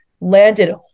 landed